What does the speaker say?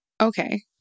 Okay